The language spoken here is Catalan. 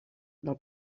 del